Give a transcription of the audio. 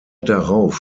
darauf